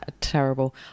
terrible